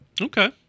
Okay